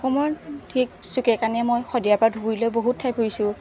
অসমত ঠিক চুকে কাণে মই শদিয়াৰ পৰা ধুবুৰীলৈ বহুত ঠাই ফুৰিছো